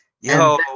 Yo